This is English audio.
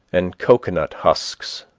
and cocoanut husks,